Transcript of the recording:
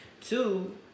Two